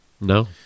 No